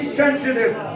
sensitive